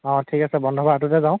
অঁ ঠিক আছে বন্ধ বাৰটোতে যাওঁ